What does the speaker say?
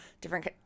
different